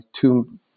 two